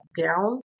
down